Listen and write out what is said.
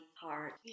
heart